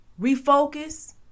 refocus